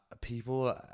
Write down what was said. people